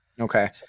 okay